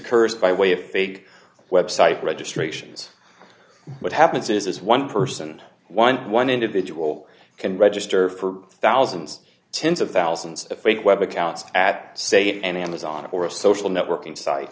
curs by way of fake website registrations what happens is one person eleven individual can register for thousands tens of thousands of fake web accounts at say an amazon or a social networking site